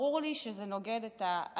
ברור לי שזה נוגד את ההלכה,